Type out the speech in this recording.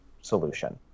solution